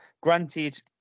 Granted